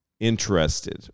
interested